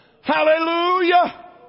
hallelujah